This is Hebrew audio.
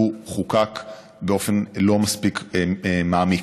הוא חוקק באופן לא מספיק מעמיק.